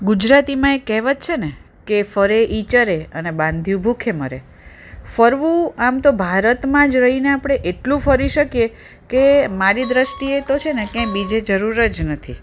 ગુજરાતીમાં એક કહેવત છે ને કે ફરે એ ચરે બાંધ્યું ભૂખે મરે ફરવું આમ તો ભારતમાં જ રહીને આપણે એટલું ફરી શકીએ કે મારી દૃષ્ટિએ તો છે ને ક્યાંય બીજે જરૂર જ નથી